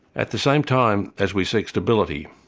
at the same time as we seek stability,